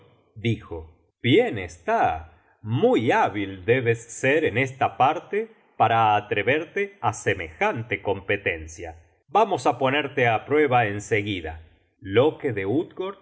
dijo bien está muy hábil debes de ser en esta parte para atreverte á semejante competencia vamos á ponerte á prueba en seguida loke de utgord se